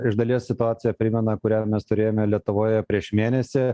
iš dalies situacija primena kurią mes turėjome lietuvoje prieš mėnesį